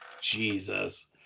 Jesus